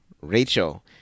Rachel